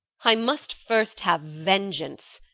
i must first have vengeance!